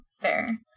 fair